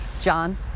John